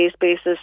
basis